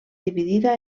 dividida